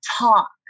talk